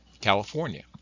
California